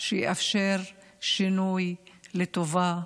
ומקצוע שיאפשר שינוי לטובה,